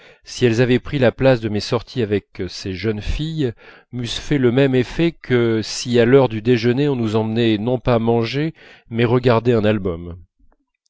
si elles avaient pris la place de mes sorties avec ces jeunes filles m'eussent fait le même effet que si à l'heure du déjeuner on nous emmenait non pas manger mais regarder un album